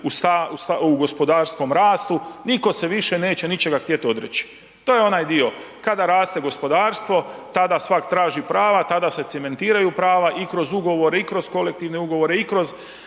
u gospodarskom rastu, nitko se više neće ničega htjet odreći. To je onaj dio kad raste gospodarstvo, tada svak traži prava, tada se cementiraju prava i kroz ugovore i kroz kolektivne ugovore i kroz